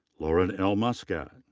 lauren l. muskat.